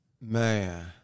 Man